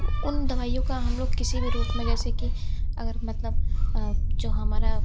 उन दवाइयों का हम लोग किसी भी रूप में जैसे कि अगर मतलब जो हमारा